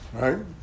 Right